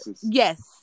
yes